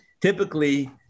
typically